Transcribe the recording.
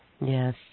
Yes